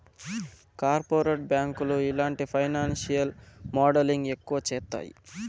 corporate బ్యాంకులు ఇలాంటి financial modelling ఎక్కువ చేత్తాయి